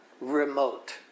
remote